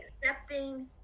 accepting